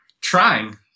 Trying